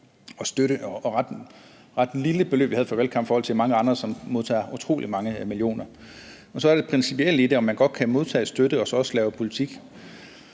og det var et ret lille beløb, vi havde at føre valgkamp for, i forhold til mange andre, som modtager utrolig mange millioner. Så er der det principielle i, om man godt kan modtage støtte og også lave politik.